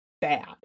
bad